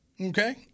okay